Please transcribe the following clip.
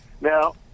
Now